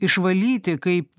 išvalyti kaip